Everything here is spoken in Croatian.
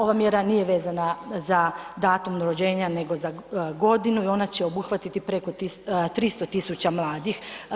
Ova mjera nije vezana za datum rođenja nego za godinu i ona će obuhvatiti preko 300.000 mladih.